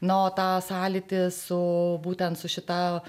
na o tą sąlytį su būtent su šita